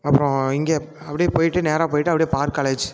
அப்புறம் இங்கே அப்படியே போயிவிட்டு நேராக போயிவிட்டு அப்படியே பார்க் காலேஜ்